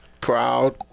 proud